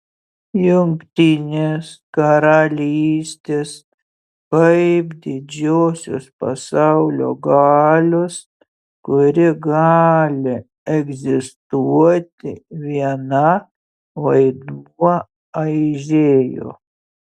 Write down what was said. jungtinės karalystės kaip didžiosios pasaulio galios kuri gali egzistuoti viena vaidmuo aižėjo